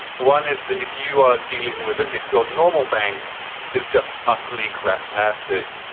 one is that if you are dealing with ah if your normal bank is just utterly craptastic,